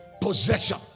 possession